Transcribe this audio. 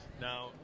Now